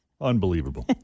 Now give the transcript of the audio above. Unbelievable